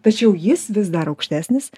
tačiau jis vis dar aukštesnis